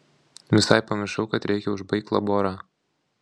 visai pamiršau kad reikia užbaigt laborą